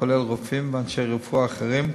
כולל רופאים ואנשי רפואה אחרים,